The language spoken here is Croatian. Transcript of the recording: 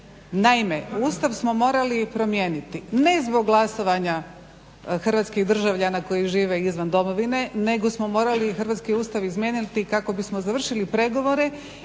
Naime, Ustav smo morali promijeniti ne zbog glasovanja hrvatskih državljana koji žive izvan domovine nego smo morali hrvatski Ustav izmijeniti kako bismo završili pregovore